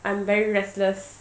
I am very restless